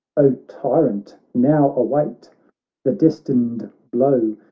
o tyrant, now await the destined blow,